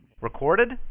Recorded